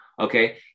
Okay